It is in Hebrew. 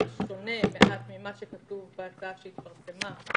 וזה בשונה ממה שכתוב בהצעה שהתפרסמה,